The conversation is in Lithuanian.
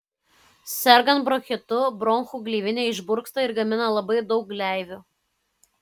sergant bronchitu bronchų gleivinė išburksta ir gamina labai daug gleivių